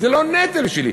זה לא נטל בשבילי.